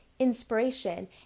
inspiration